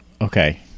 Okay